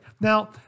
Now